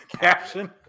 Caption